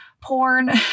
porn